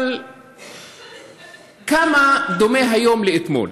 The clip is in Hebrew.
אבל כמה דומה היום לאתמול,